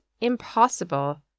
impossible